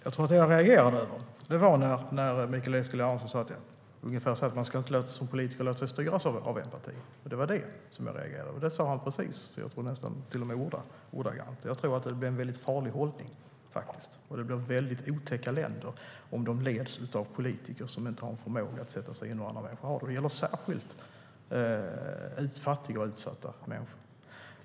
Herr talman! Mikael Eskilandersson sa ungefär att man som politiker inte ska låta sig styras av empati. Det var det jag reagerade över. Han sa det precis, nästan ordagrant, tror jag. Det är en farlig hållning. Det blir väldigt otäcka länder om de leds av politiker som inte har förmåga att sätta sig in i hur andra människor har det. Det gäller särskilt fattiga och utsatta människor.